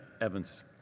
Evans